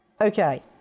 Okay